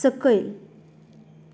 सकयल